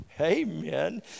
Amen